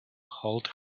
hold